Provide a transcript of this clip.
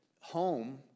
home